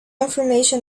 information